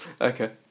Okay